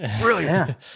Brilliant